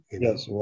Yes